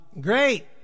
Great